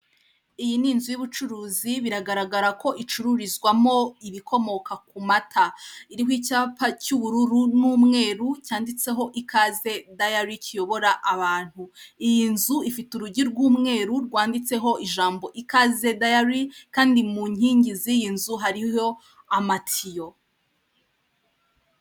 iyi ni inzu y'ubucuruzi biragara gara ko icururizwamo ibikomoka ku mata . iriho icyapa cy'ubururu n'umweru cyanditseho ikaze dayari kiyobora abantu. iyi nzu ifite urugi rw'umweru rwanditseho ikaze dayari kandi mu nkingii z'iyi nzu hariho amatiyo.